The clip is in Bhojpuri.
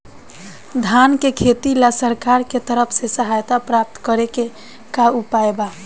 धान के खेती ला सरकार के तरफ से सहायता प्राप्त करें के का उपाय बा?